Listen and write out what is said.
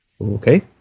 Okay